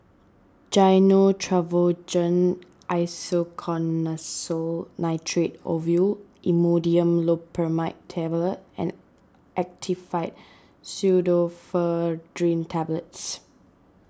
Gyno Travogen Isoconazole Nitrate Ovule Imodium Loperamide Tablets and Actifed Pseudoephedrine Tablets